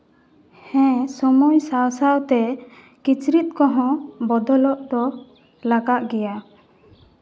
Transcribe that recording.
ᱦᱮᱸ ᱥᱚᱢᱚᱭ ᱥᱟᱶᱼᱥᱟᱶ ᱛᱮ ᱠᱤᱪᱨᱤᱡ ᱠᱚᱦᱚᱸ ᱵᱚᱫᱚᱞᱚᱜ ᱫᱚ ᱞᱟᱜᱟᱜ ᱜᱮᱭᱟ